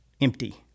empty